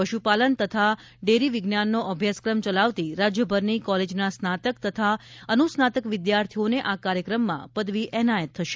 પશુપાલન તથા ડેરી વિજ્ઞાનનો અભ્યાસક્રમ ચલાવતી રાજ્યભરની કોલેજના સ્નાતક તથા અનુસ્નાતક વિદ્યાર્થીઓને આ કાર્યક્રમમાં પદવી એનાયત થશે